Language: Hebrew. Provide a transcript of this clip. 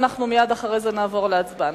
ואנחנו מייד אחרי זה נעבור להצבעה,